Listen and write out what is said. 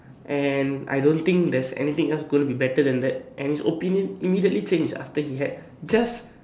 and I don't think there's anything else going to be better than that and his opinion immediately change after he had just